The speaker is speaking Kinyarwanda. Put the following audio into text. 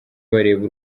bareba